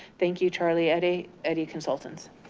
thank you, charlie eddy, eddy consultants.